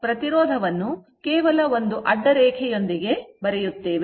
ಆದ್ದರಿಂದ ಪ್ರತಿರೋಧವನ್ನು ಕೇವಲ ಅಡ್ಡರೇಖೆ ಅನ್ನು ಇರಿಸಿ ಬರೆಯುತ್ತೇವೆ